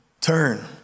turn